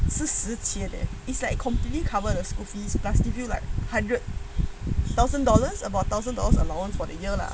是十千 eh it's like completely cover the school fees plus give you like a hundred thousand dollars about thousand dollars allowance for the year lah